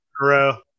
row